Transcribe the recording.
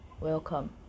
welcome